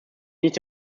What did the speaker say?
nicht